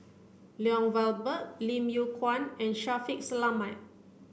Lloyd Valberg Lim Yew Kuan and Shaffiq Selamat